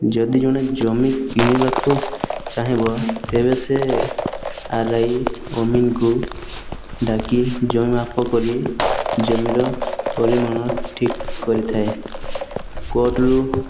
ଯଦି ଜଣେ ଜମି କିଣିବାକୁ ଚାହିଁବ ତେବେ ସିଏ ଆର ଆଇ ଅମିନଙ୍କୁ ଡାକି ଜମି ମାପ କରି ଜମିର ପରିମାଣ ଠିକ୍ କରିଥାଏ କୋର୍ଟରୁ